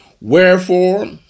Wherefore